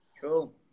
Cool